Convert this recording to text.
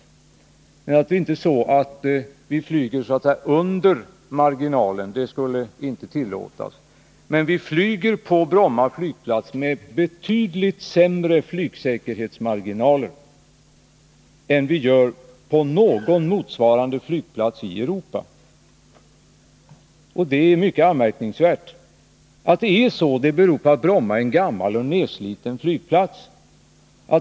Det är naturligtvis inte så att vi flyger så att säga under säkerhetsmarginalen, för det skulle inte tillåtas, men vi flyger på Bromme flygplats med betydligt mindre flygsäkerhetsmarginaler än på någon motsvarande flygplats i Europa, och det är mycket anmärkningsvärt. Att det förhåller sig så beror på att Bromma är en gammal och nersliten flygplats.